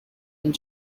and